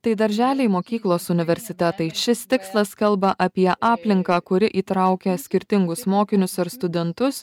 tai darželiai mokyklos universitetai šis tikslas kalba apie aplinką kuri įtraukia skirtingus mokinius ar studentus